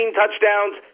touchdowns